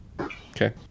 Okay